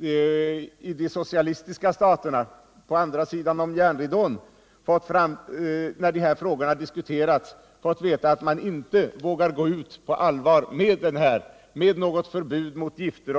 i de socialistiska staterna på andra sidan järnridån fått veta att man där inte på allvar vågar gå ut med något förbud mot gifter.